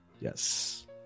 yes